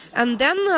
and then,